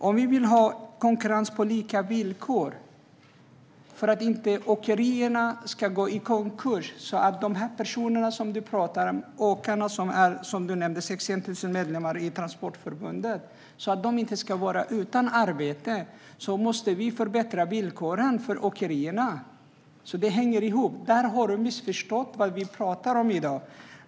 Om vi vill ha konkurrens på lika villkor, så att åkerierna inte ska gå i konkurs och personerna som du talar om - du nämnde att Svenska Transportarbetarförbundet har 61 000 medlemmar - inte ska bli utan arbete, måste vi förbättra villkoren för åkerierna. Det hänger ihop. Du har missförstått vad vi talar om i dag.